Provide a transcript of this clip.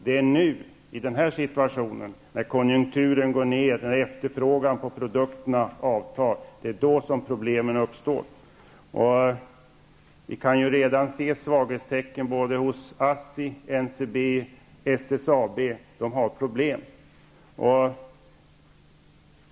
Det är i nuvarande situation, där konjunkturen går ner och efterfrågan på produkter avtar, som problem uppstår. Vi kan ju redan se svaghetstecken hos ASSI, Ncb och SSAB, som har problem.